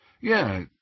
Yeah